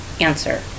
answer